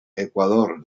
ecuador